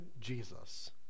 Jesus